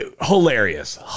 Hilarious